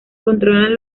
controlan